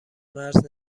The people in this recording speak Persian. مرز